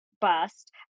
bust